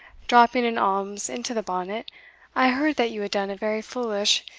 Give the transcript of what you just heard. dropping an alms into the bonnet i heard that you had done a very foolish,